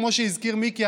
כמו שהזכיר מיקי,